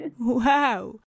Wow